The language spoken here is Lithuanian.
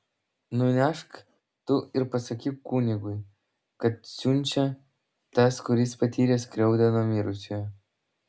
nunešk tu ir pasakyk kunigui kad siunčia tas kuris patyrė skriaudą nuo mirusiojo